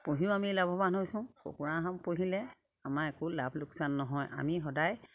পুহিও আমি লাভৱান হৈছোঁ কুকুৰা হাঁহ পঢ়িলে আমাৰ একো লাভ লোকচান নহয় আমি সদায়